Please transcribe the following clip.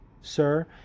Sir